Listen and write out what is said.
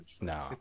No